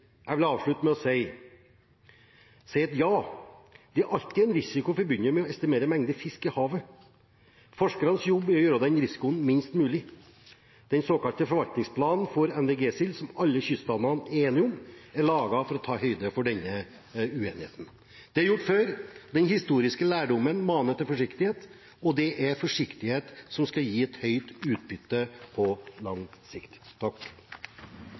Jeg vil avslutte med å si et ja. Det er alltid en risiko forbundet med å estimere mengde fisk i havet. Forskernes jobb er å gjøre den risikoen minst mulig. Den såkalte forvaltningsplanen for NVG-sild, som alle kyststatene er enige om, er laget for å ta høyde for denne uenigheten. Det er gjort før. Den historiske lærdommen maner til forsiktighet, og det er forsiktighet som skal gi et høyt utbytte på lang sikt. Takk